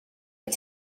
wyt